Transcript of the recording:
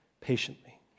patiently